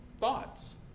thoughts